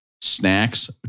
snacks